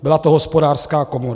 Byla to Hospodářská komora.